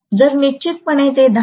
तर निश्चितपणे ते 10